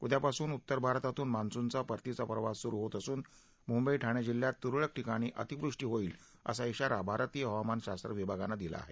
उद्यापासून उत्तर भारतातून मान्सूनचा परतीचा प्रवास सुरू होत असून मुंबई ठाणे जिल्ह्यात तुरळक ठिकाणी अतिवृष्टी होईल असा इशारा भारतीय हवामान शास्त्र विभागानं दिला आहे